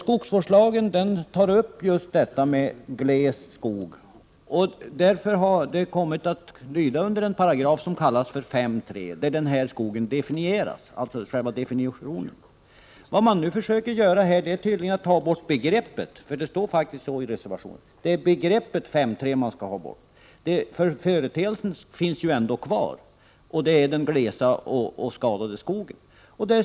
Frågor rörande gles skog har i skogsvårdslagen kommit att behandlas i en paragraf som kallas 5:3. Där finns alltså definitionen. Vad man nu försöker göra här är att ta bort begreppet, för det står faktiskt så i reservationen. Det är begreppet 5:3 man skall ha bort. Men företeelsen finns ändå kvar, nämligen den glesa och skadade skogen.